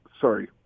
sorry